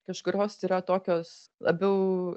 kažkurios yra tokios labiau